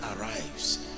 arrives